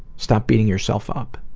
stop beating yourself up.